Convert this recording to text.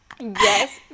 yes